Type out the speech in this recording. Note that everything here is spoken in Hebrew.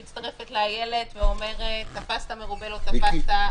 מצטרפת לאיילת ואומרת: תפסת מרובה לא תפסת.